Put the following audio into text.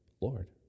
Lord